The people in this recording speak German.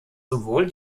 sowohl